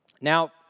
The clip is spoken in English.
Now